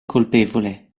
colpevole